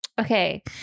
Okay